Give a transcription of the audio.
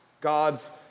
God's